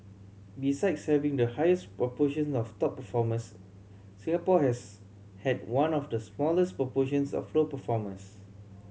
besides having the highest proportion of top performers Singapore has had one of the smallest proportions of low performers